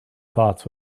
thoughts